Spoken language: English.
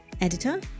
editor